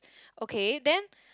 okay then